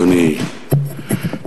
אדוני,